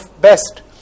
best